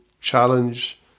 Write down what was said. challenge